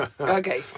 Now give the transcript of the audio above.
Okay